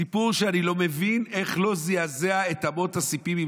סיפור שאני לא מבין איך לא זעזע את אמות הסיפים.